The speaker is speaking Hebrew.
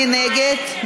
מי נגד?